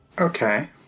Okay